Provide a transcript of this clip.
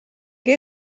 que